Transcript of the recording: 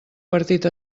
partit